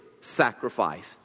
sacrifice